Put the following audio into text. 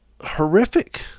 horrific